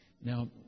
Now